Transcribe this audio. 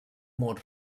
mur